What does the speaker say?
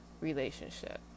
relationship